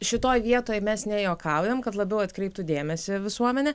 šitoj vietoj mes nejuokaujam kad labiau atkreiptų dėmesį visuomenė